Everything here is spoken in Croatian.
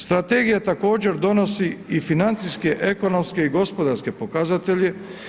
Strategija također donosi i financijske, ekonomske i gospodarske pokazatelje.